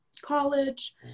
college